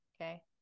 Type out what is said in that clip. Okay